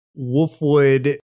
Wolfwood